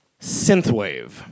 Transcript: Synthwave